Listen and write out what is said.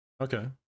Okay